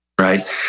Right